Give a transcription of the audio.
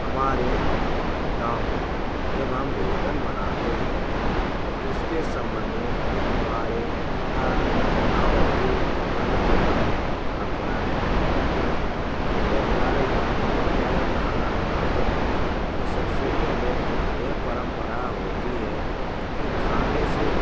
हमारे गाँव में जब हम भोजन बनाते हैं तो इसके सम्बन्ध में हमारे तथा गावों की अलग अलग परम्पराएँ होती हैं जब हमारे गामों में जब खाना बनाते हैं तो सबसे पहले यह परम्परा होती है की खाने से